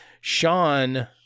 sean